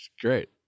Great